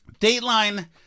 Dateline